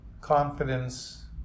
confidence